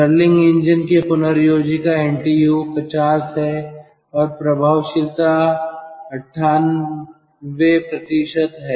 Stirling engine के पुनर्योजी का एनटीयू 50 है और प्रभावशीलता 98 है